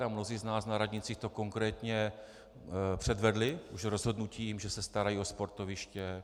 A mnozí z nás na radnicích to konkrétně předvedli rozhodnutím, že se starají o sportoviště.